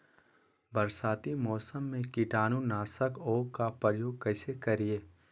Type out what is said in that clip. बरसाती मौसम में कीटाणु नाशक ओं का प्रयोग कैसे करिये?